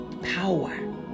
power